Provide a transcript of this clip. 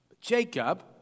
Jacob